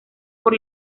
por